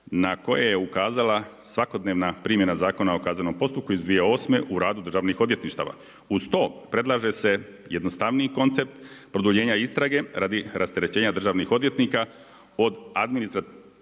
na koje je ukazala svakodnevna primjena Zakona o kaznom postupku iz 2008. u radu državnih odvjetništava. Uz to predlaže se jednostavniji koncept, produljenja istrage radi rasterećenja državnih odvjetnika od administriranja,